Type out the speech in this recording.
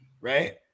right